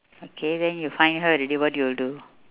okay then you find her already what you will do